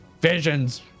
visions